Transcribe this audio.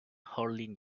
holding